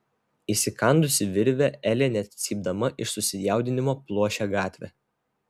įsikandusi virvę elė net cypdama iš susijaudinimo pluošė gatve